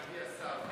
אדוני השר,